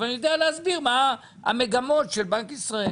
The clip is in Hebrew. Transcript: אבל אני יודע להסביר מה המגמות של בנק ישראל.